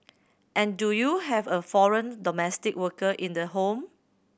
and do you have a foreign domestic worker in the home